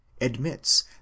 admits